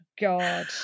God